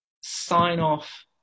sign-off